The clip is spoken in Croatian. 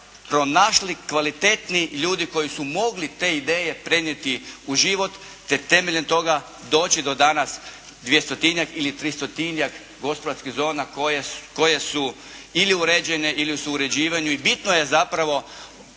pronašli kvalitetni ljudi koji su mogli te ideje prenijeti u život, te temeljem toga doći do danas dvjestotinjak ili tristotinjak gospodarskih zona koje su ili uređene ili su u uređivanju i bitno je okrenulo